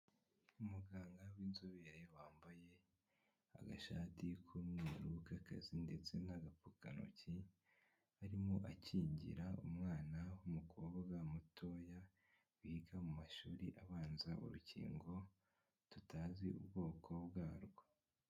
Umuganga w'inzobere wambaye agashati k'umweru k'akazi ndetse n'agapfukantoki, arimo akingira umwana w'umukobwa mutoya wiga mu mashuri abanza urukingo tutazi ubwoko bwarwo.